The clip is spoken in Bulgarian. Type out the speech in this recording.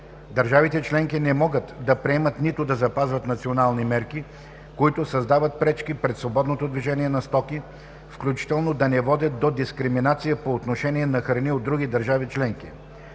Държавите членки не могат да приемат, нито да запазват национални мерки, които създават пречки пред свободното движение на стоки, включително да не водят до дискриминация по отношение на храни от други държави членки.